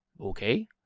Okay